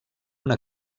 una